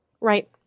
Right